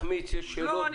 בו.